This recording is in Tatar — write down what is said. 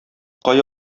кая